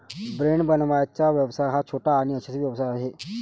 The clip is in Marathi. ब्रेड बनवण्याचा व्यवसाय हा छोटा आणि यशस्वी व्यवसाय आहे